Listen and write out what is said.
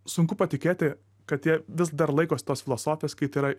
sunku patikėti kad jie vis dar laikosi tos filosofijos kaip yra